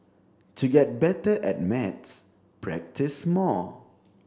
to get better at maths practise more